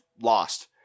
lost